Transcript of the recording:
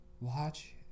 watch